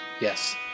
Yes